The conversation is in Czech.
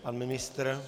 Pan ministr?